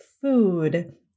food